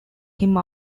him